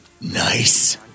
Nice